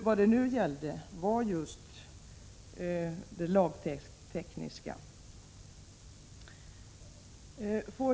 Vad det nu gällde var just det lagtekniska.